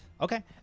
Okay